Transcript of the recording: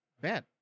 Bet